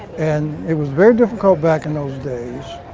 and it was very difficult back in those days.